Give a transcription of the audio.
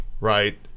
right